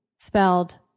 spelled